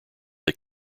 they